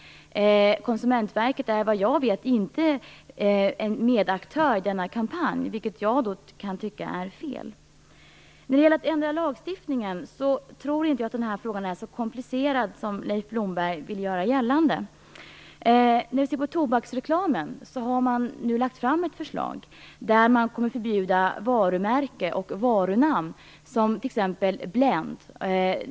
Vad jag vet är inte Konsumentverket med i denna kampanj, vilket jag tycker är fel. Jag tror inte att det är så komplicerat att ändra lagstiftningen som Leif Blomberg vill göra gällande. Man har nu lagt fram ett förslag om att förbjuda varumärke och varunamn i tobaksreklam.